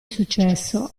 successo